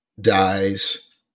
dies